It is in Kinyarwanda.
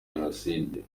jenoside